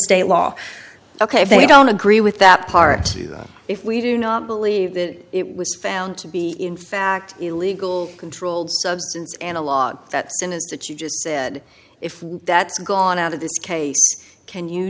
state law ok if they don't agree with that part if we do not believe that it was found to be in fact illegal controlled substance analog that sin is that you just said if that's gone out of this case can you